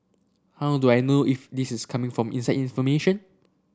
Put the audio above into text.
how do I know if this is coming from inside information